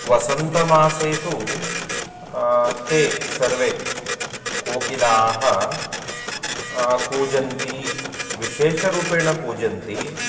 वसन्तमासे तु ते सर्वे कोकिलाः कूजन्ते विशेषरूपेण कूजन्ते